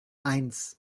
eins